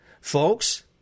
Folks